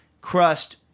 crust